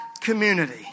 community